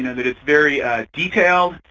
that it's very detailed.